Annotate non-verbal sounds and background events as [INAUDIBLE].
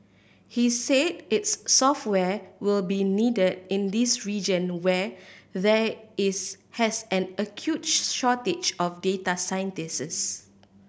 he said its software will be needed in this region where there is has an acute [UNINTELLIGIBLE] shortage of data scientists